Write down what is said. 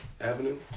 Avenue